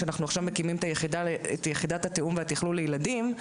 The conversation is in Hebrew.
שאנחנו עכשיו מקימים את יחידת התיאום והתכלול לילדים,